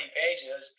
pages